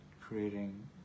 creating